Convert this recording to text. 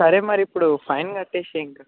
సరే మరి ఇప్పుడు ఫైన్ కట్టేసేయి ఇంకా